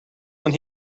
when